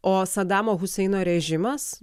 o sadamo huseino režimas